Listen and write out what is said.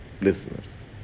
listeners